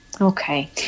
okay